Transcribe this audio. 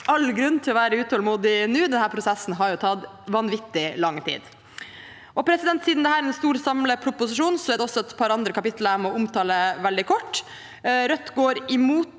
all grunn til å være utålmodige nå. Denne prosessen har jo tatt vanvittig lang tid. Siden dette er en stor samleproposisjon, er det også et par andre kapitler jeg må omtale veldig kort. Rødt går imot